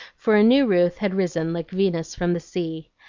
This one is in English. for a new ruth had risen like venus from the sea.